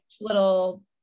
little